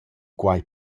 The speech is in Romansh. quai